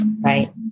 Right